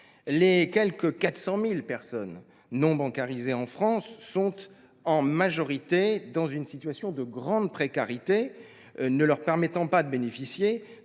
Les quelque 400 000 personnes non bancarisées en France sont en majorité dans une situation de grande précarité, qui ne leur permet pas de bénéficier